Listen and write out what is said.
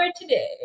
today